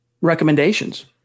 recommendations